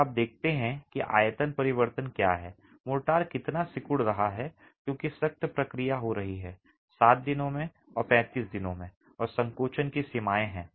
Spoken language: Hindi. और फिर आप देखते हैं कि आयतन परिवर्तन क्या है मोर्टार कितना सिकुड़ रहा है क्योंकि सख्त प्रक्रिया हो रही है 7 दिनों में और 35 दिनों में और संकोचन की सीमाएं हैं